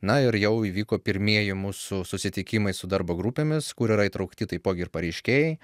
na ir jau įvyko pirmieji mūsų susitikimai su darbo grupėmis kur yra įtraukti taipogi ir pareiškėjai